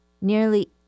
Nearly